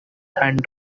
hand